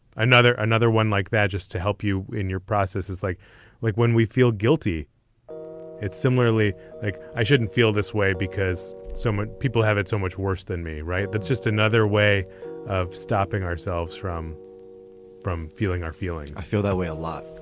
another another one like that, just to help you in your process is like like when we feel guilty it's similarly like i shouldn't feel this way because so many people have it so much worse than me. right. that's just another way of stopping ourselves from from feeling our feelings. i feel that way a lot.